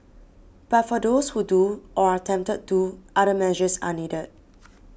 but for those who do or are tempted do other measures are needed